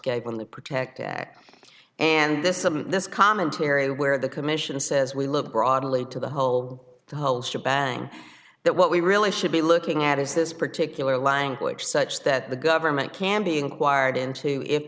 gave in the protect act and this is a this commentary where the commission says we live broadly to the whole the whole she bang that what we really should be looking at is this particular language such that the government can be inquired into if